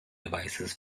devices